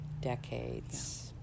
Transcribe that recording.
decades